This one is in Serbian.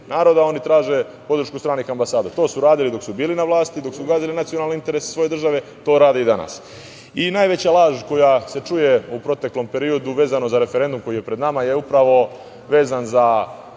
naroda, oni traže podršku stranih ambasada. To su radili dok su bili na vlasti, dok su gazili nacionalne interese svoje države, a to rade i danas. Najveća laž koja se čuje u proteklom periodu vezano za referendum koji je pred nama je upravo vezan za